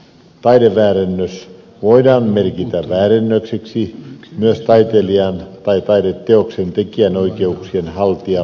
taideväärennös voidaan merkitä väärennökseksi myös taiteilijan tai taideteoksen tekijänoikeuksien haltijan pyynnöstä